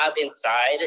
inside